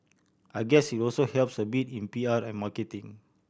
I guess it also helps a bit in P R and marketing